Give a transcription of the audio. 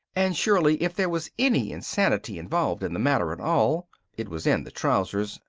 and surely if there was any insanity involved in the matter at all it was in the trousers,